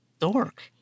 dork